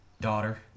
daughter